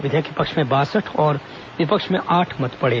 विधेयक के पक्ष में बासठ और विपक्ष में आठ मत पड़े